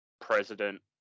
president